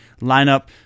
lineup